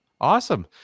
awesome